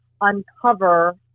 uncover